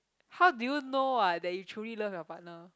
how do you know ah that you truly love your partner